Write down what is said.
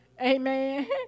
Amen